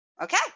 Okay